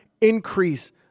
increase